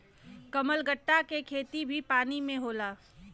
कमलगट्टा के खेती भी पानी में होला